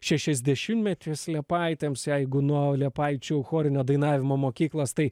šešiasdešimtmetis liepaitėms jeigu nuo liepaičių chorinio dainavimo mokyklos tai